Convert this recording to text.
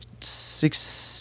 six